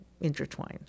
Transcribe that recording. intertwined